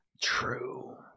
True